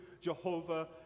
Jehovah